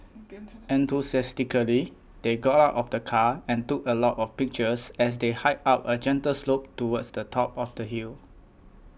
enthusiastically they got out of the car and took a lot of pictures as they hiked up a gentle slope towards the top of the hill